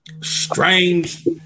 strange